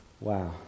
Wow